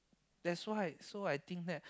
that's why so I think that